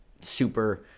super